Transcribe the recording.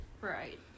Right